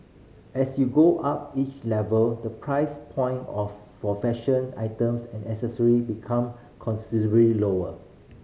as you go up each level the price point of for fashion items and accessory become considerably lower